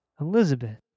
Elizabeth